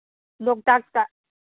ꯂꯣꯛꯇꯥꯛꯇ